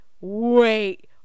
wait